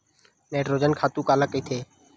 Nitrogen खातु काला कहिथे?